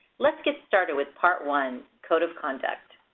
let's get started with part one, code of conduct.